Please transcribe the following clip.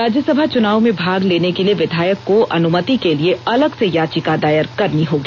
राज्यसभा चुनाव में भाग लेने के लिए विधायक को अनुमति के लिए अलग से याचिका दायर करनी होगी